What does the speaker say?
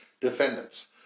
defendants